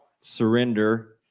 surrender